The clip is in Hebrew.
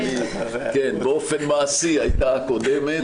באופן מעשי הייתה הקודמת,